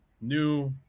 new